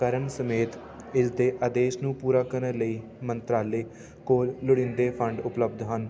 ਕਰਨ ਸਮੇਤ ਇਸ ਦੇ ਆਦੇਸ਼ ਨੂੰ ਪੂਰਾ ਕਰਨ ਲਈ ਮੰਤਰਾਲੇ ਕੋਲ ਲੋੜੀਂਦੇ ਫੰਡ ਉਪਲਬਧ ਹਨ